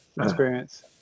experience